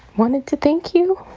wanted to thank you